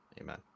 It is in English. Amen